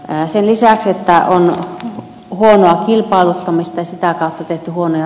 pääsin lisäksi taloon ei ole enää kilpailuttamistesta tekee huonoja